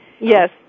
Yes